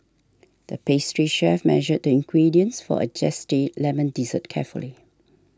the pastry chef measured the ingredients for a Zesty Lemon Dessert carefully